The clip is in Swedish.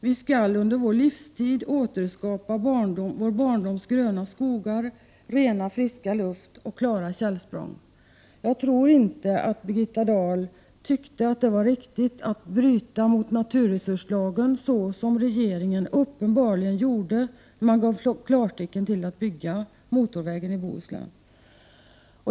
Vi skall under vår livstid återskapa vår barndoms gröna skogar, rena friska luft och klara källsprång. Jag tror inte att Birgitta Dahl tyckte att det var riktigt att bryta mot naturresurslagen så som regeringen uppenbarligen gjorde, då den gav klartecken till att bygga motorvägen i Bohuslän.